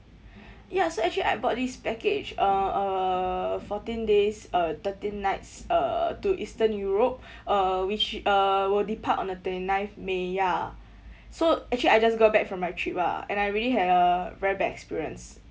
ya so actually I bought this package uh a fourteen days uh thirteen nights uh to eastern europe uh which uh were depart on the twenty ninth may ya so actually I just got back from my trip ah and I really had a very bad experience